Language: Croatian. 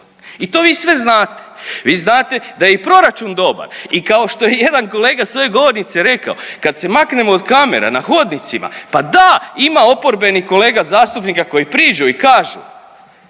i to vi sve znate. Vi znate da je i proračun dobar i kao što je jedan kolega s ove govornice rekao kad se maknemo od kamera na hodnicima, pa da ima oporbenih kolega zastupnika koji priđu i kažu